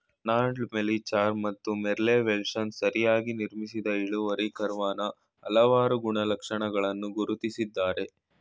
Ronald Melichar ಮತ್ತು Merle Welshons ಸರಿಯಾಗಿ ನಿರ್ಮಿಸಿದ ಇಳುವರಿ ಕರ್ವಾನ ಹಲವಾರು ಗುಣಲಕ್ಷಣಗಳನ್ನ ಗುರ್ತಿಸಿದ್ದಾರೆ